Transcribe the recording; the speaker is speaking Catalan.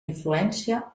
influència